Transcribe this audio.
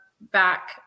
back